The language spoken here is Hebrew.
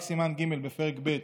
רק בסימן ג' בפרק ב'